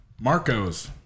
marco's